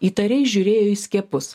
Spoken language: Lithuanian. įtariai žiūrėjo į skiepus